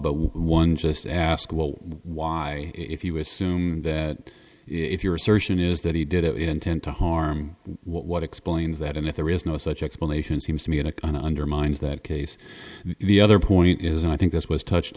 but one just ask why if you assume that if your assertion is that he did it intent to harm what explains that and if there is no such explanation seems to me in a kind undermines that case the other point is and i think this was touched